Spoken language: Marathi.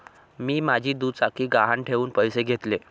मी माझी दुचाकी गहाण ठेवून पैसे घेतले